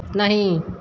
नहि